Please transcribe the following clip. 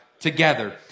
together